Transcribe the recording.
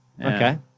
Okay